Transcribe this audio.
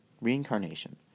Reincarnation